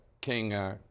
King